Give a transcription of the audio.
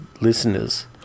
listeners